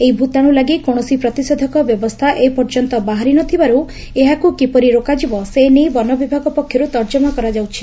ଏହି ଭ୍ତାଶ୍ର ଲାଶି କୌଣସି ପ୍ରତିଷେଧକ ବ୍ୟବସ୍ରା ଏପର୍ଯ୍ୟନ୍ତ ବାହାରି ନ ଥିବାରୁ ଏହାକୁ କିପରି ରୋକାଯିବ ସେ ନେଇ ବନବିଭାଗ ପକ୍ଷରୁ ତର୍କମା କରାଯାଉଛି